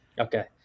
Okay